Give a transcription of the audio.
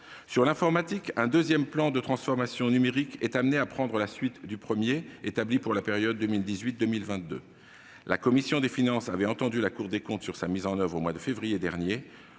l'informatique, un second plan de transformation numérique est amené à prendre la suite du premier, établi pour la période 2018-2022. La commission des finances avait entendu la Cour des comptes sur sa mise en oeuvre au mois de février dernier.